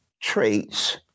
traits